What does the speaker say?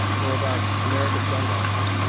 or about america's gun laws.